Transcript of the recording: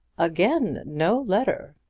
again no letter!